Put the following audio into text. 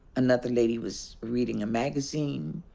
another lady was reading a magazine,